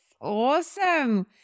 Awesome